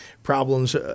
problems